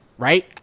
Right